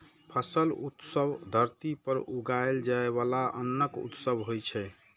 फसल उत्सव धरती पर उगाएल जाइ बला अन्नक उत्सव होइ छै